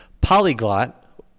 polyglot